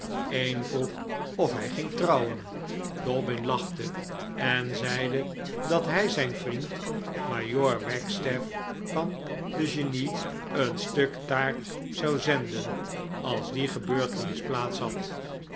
een vroeg of hij ging trouwen dobbin lachte en zeide dat hij zijn vriend majoor wagstaff van de genie een stuk taart zou zenden als die gebeurtenis plaats had